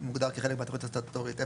מוגדר כחלק מהתוכנית הסטטוטורית.